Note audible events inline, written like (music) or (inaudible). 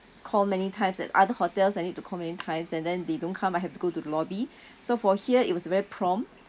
call many times at other hotels I need to call many times and then they don't come I have to go to the lobby (breath) so for here it was very prompt